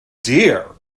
dear